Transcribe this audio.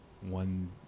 one